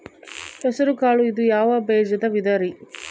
ಹೆಸರುಕಾಳು ಇದು ಯಾವ ಬೇಜದ ವಿಧರಿ?